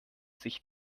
sich